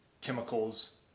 chemicals